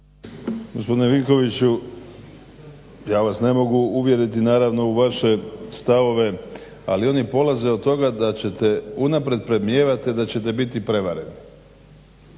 Gospodine Vinkoviću ja vas ne mogu uvjeriti naravno u vaše stavove, ali oni polaze od toga da unaprijed predmnijevate da ćete biti prevareni.